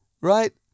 right